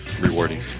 rewarding